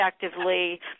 effectively –